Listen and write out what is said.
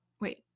Wait